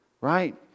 right